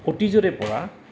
অতীজৰেপৰা